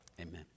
Amen